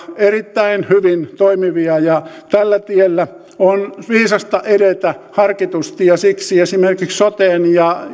erittäin hyvin toimivia tällä tiellä on viisasta edetä harkitusti ja siksi esimerkiksi soteen